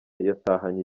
yatahanye